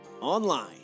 online